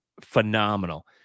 phenomenal